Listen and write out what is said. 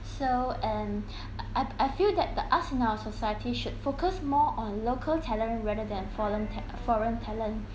so and I I feel that the us in our society should focus more on local talent rather than fallen ta~ uh foreign talent